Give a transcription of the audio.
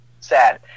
sad